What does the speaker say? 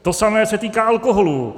To samé se týká alkoholu.